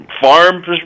farm